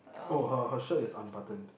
oh her her shirt is unbuttoned